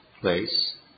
place